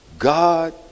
God